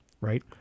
right